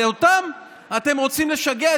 ואותם אתם רוצים לשגע,